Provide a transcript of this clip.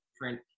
different